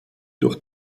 durch